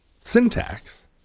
syntax